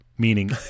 meaning